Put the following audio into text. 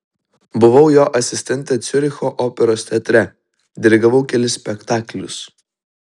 buvau jo asistentė ciuricho operos teatre dirigavau kelis spektaklius